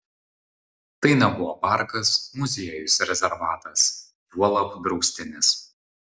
tai nebuvo parkas muziejus rezervatas juolab draustinis